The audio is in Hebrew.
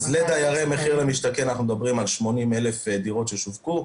אז לדיירי מחיר למשתכן אנחנו מדברים על 80,000 דירות ששווקו,